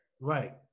Right